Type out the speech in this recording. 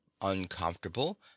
uncomfortable